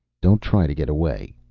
don't try to get away,